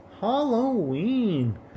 Halloween